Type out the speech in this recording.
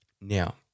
Now